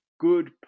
good